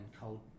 cold